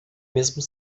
mesmo